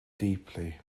deeply